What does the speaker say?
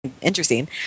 interesting